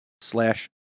slash